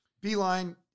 beeline